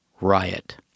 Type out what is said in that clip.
Riot